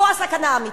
פה הסכנה האמיתית.